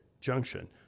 junction